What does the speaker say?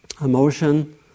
emotion